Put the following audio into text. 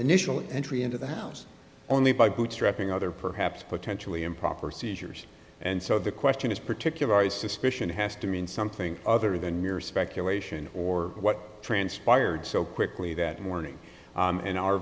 initial entry into the house only by bootstrapping other perhaps potentially improper seizures and so the question is particularly suspicion has to mean something other than mere speculation or what transpired so quickly that morning in our